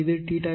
87 o